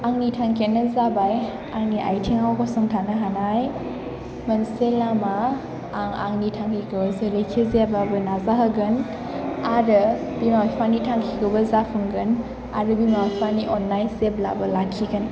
आंनि थांखियानो जाबाय आंनि आइथिङाव गसंथानो हानाय मोनसे लामा आं आंनि थांखिखौ जेरैखि जायाबाबो नाजाहोगोन आरो बिमा बिफानि थांखिखौबो जाफुंगोन आरो बिमा बिफानि अननाय जेब्लाबो लाखिगोन